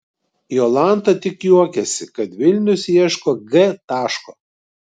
jolanta tik juokiasi kad vilnius ieško g taško